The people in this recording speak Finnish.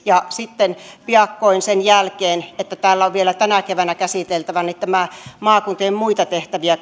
ja sitten piakkoin sen jälkeen täällä on vielä tänä keväänä käsiteltävä tämä maakuntien muita tehtäviä